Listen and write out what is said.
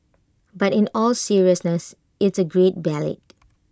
but in all seriousness it's A great ballad